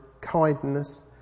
kindness